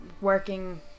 working